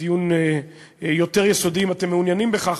דיון יותר יסודי, אם אתם מעוניינים בכך,